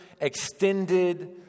extended